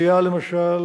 למשל,